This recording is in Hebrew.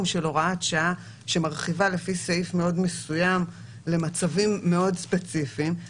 של הוראת שעה שמרחיבה לפי סעיף מאוד מסוים למצבים מאוד ספציפיים,